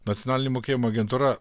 nacionalinė mokėjimo agentūra